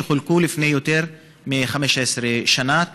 שחולקו לפני יותר מ-15 שנה,